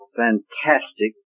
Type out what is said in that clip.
fantastic